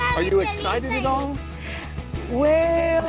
are you excited at all? well.